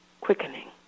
quickening